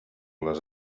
les